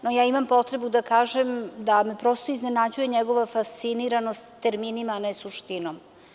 No, ja imam potrebu da kažem da me prosto iznenađuje njegova fasciniranost terminima, a ne suštinom.